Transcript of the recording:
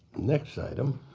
next item,